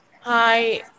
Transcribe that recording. Hi